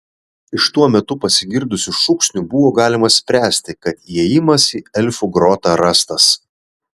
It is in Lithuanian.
iš tuo metu pasigirdusių šūksnių buvo galima spręsti kad įėjimas į elfų grotą rastas